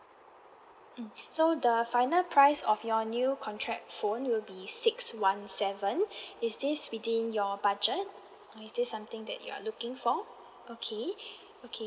mm so the final price of your new contract phone will be six one seven is this within your budget uh is this something that you are looking for okay okay